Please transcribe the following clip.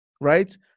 right